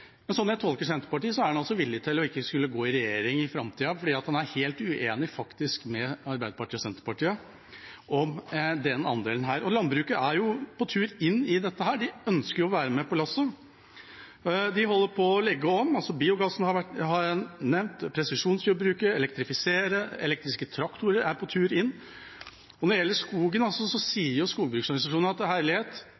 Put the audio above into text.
jeg tolker Senterpartiet, er man altså villig til ikke å skulle gå i regjering i framtida fordi man faktisk er helt uenig med Arbeiderpartiet om denne andelen. Og landbruket er jo på tur inn i dette, de ønsker å være med på lasset. De holder på å legge om: Jeg har nevnt biogassen – presisjonsjordbruket, elektrifisering, elektriske traktorer er på tur inn. Når det gjelder skogen,